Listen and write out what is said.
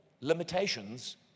limitations